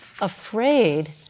afraid